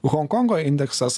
honkongo indeksas